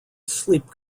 sleep